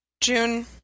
June